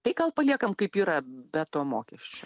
tai gal paliekam kaip yra be to mokesčio